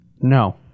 No